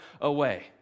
away